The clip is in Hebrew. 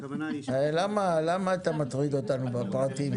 הכוונה היא --- למה אתה מטריד אותנו בפרטים?